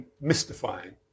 mystifying